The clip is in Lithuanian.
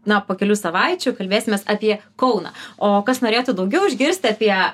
na po kelių savaičių kalbėsimės apie kauną o kas norėtų daugiau išgirsti apie